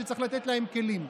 שצריך לתת להם כלים.